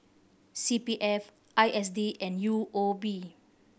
C P F I S D and U O B